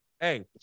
Hey